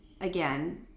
again